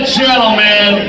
gentlemen